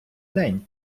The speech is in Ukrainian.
день